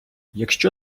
якщо